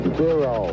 zero